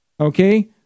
Okay